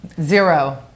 Zero